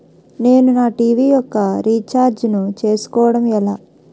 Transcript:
నేను నా టీ.వీ యెక్క రీఛార్జ్ ను చేసుకోవడం ఎలా?